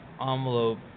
envelope